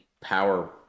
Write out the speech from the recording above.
power